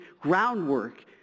groundwork